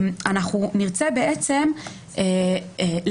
אנחנו נרצה בעצם לוותר,